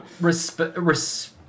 respect